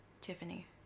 Tiffany